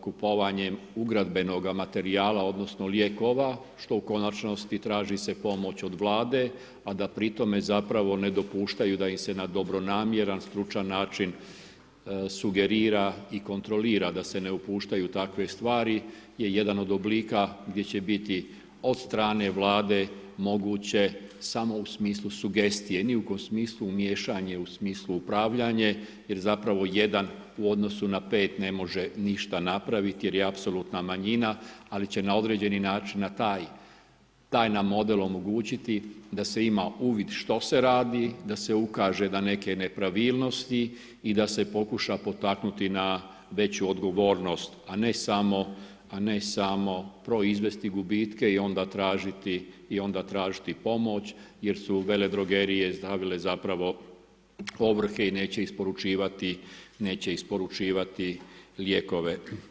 kupovanjem ugradbenoga materijala odnosno lijekova što u konačnosti traži se pomoć od Vlade pa da pri tome zapravo ne dopuštaju da im se na dobronamjeran stručan način sugerira i kontrolira da se ne upuštaj u takve stvari je jedan od oblika gdje će biti od strane Vlade moguće samo u smislu sugestiju, ni u kom smislu miješanje u smislu upravljanje jer zapravo jedan u odnosu na pet ne može ništa napraviti jer je apsolutna manjina ali će na određeni način taj nam model omogućiti da se ima uvid što se radi, da se ukaže na neke nepravilnosti i da se pokuša potaknuti na veću odgovornost a ne samo proizvesti gubitke i onda tražiti pomoć jer su veledrogerije stavile zapravo ovrhe i neće isporučivati lijekove.